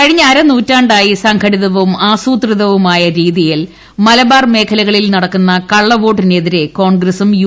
കഴിഞ്ഞ അരനൂറ്റാണ്ടായി സംഘടിതവും ആസൂത്രിതവുമായ രീതിയിൽ മലബാർ മേഖലകളിൽ നടക്കുന്ന കള്ളവോട്ടിനെതിരെ കോൺഗ്രസും യു